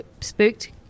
Spooked